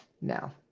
Now